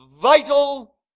vital